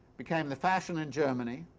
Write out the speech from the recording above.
became the fashion in germany,